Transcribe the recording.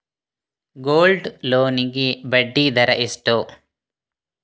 Gold loan ಗೆ ಬಡ್ಡಿ ದರ ಎಷ್ಟು?